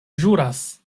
ĵuras